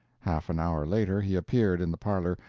half an hour later he appeared in the parlor,